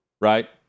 right